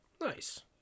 Nice